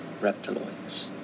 reptiloids